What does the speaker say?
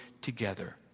together